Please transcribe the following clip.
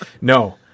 No